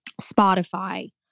Spotify